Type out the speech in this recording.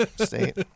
state